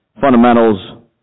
Fundamentals